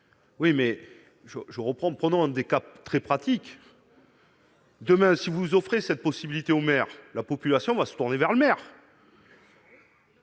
oui mais je je reprends prenant des cas très pratique. Demain, si vous offrez cette possibilité au maire la population va se tourner vers le maire,